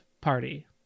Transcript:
party